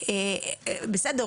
בסדר,